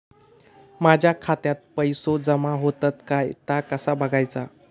माझ्या खात्यात पैसो जमा होतत काय ता कसा बगायचा?